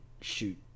shoot